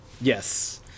Yes